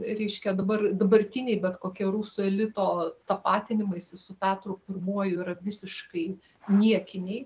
reiškia dabar dabartiniai bet kokie rusų elito tapatinimaisi su petru pirmuoju yra visiškai niekiniai